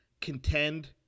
contend